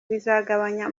bizagabanya